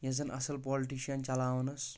یۄس زن اصٕل پالٹِشن چلاوان ٲس